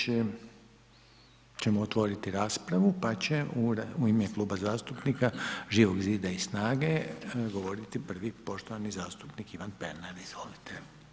Slijedeće ćemo otvoriti raspravu, pa će u ime Kluba zastupnika Živog Zida i SNAGA-e govoriti prvi poštovani zastupnik Ivan Pernar, izvolite.